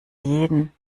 jeden